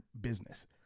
business